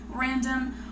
random